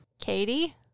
Katie